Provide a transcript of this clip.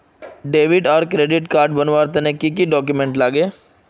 Debit आर credit card बनवार तने की की डॉक्यूमेंट लागे?